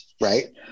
Right